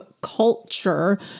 culture